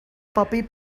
puppy